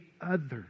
others